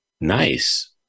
Nice